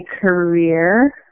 career